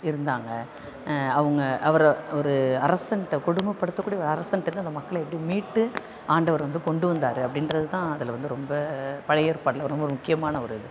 இருந்தாங்க அவங்க அவரை ஒரு அரசன்கிட்ட கொடுமைப்படுத்தக்கூடிய ஒரு அரசன்கிட்ட இருந்து அந்த மக்களை எப்படி மீட்டு ஆண்டவர் வந்து கொண்டு வந்தாரு அப்படின்றது தான் அதில் வந்து ரொம்ப பழைய ஏற்பாடில் ரொம்ப ஒரு முக்கியமான ஒரு இது